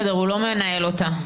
בסדר, הוא לא מנהל אותה.